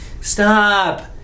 stop